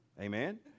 Amen